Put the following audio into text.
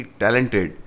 talented